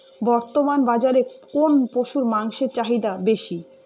বর্তমান বাজারে কোন পশুর মাংসের চাহিদা বেশি?